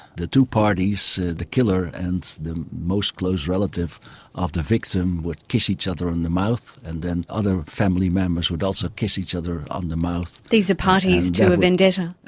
the two parties, the killer and the most close relative of the victim, would kiss each other on the mouth and then other family members would also kiss each other on the mouth. these are parties to a vendetta?